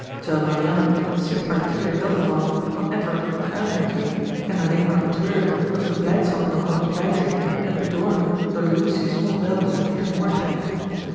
terwijl marianne met zichtbaar teeder welgevallen van edward naar elinor keek en alleen maar betreurde dat hun blijdschap in elkander's bijzijn werd bedorven door lucy's onwelkome tegenwoordigheid